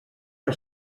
que